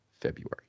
February